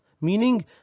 meaning